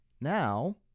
Now